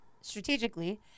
strategically